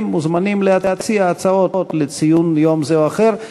מוזמנים להציע הצעות לציון יום זה או אחר,